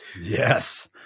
yes